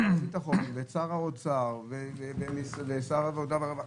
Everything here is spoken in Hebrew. חבר הכנסת מקלב, רק כדי לדייק, דבר אחד לפרוטוקול.